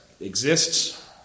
exists